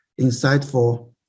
insightful